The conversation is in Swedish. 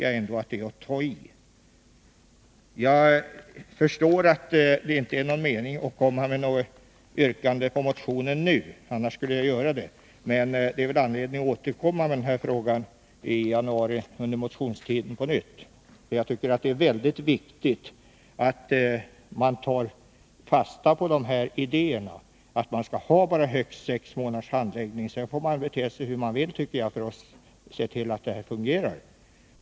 Jag förstår att det inte är någon mening med att yrka bifall till motionen nu, men jag får anledning att återkomma under motionstiden i januari. Jag tycker nämligen att det är viktigt att man tar fasta på förslaget om att ha högst sex månaders handläggningstid. Sedan får man se till att en sådan ordning fungerar.